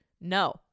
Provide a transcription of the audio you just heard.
No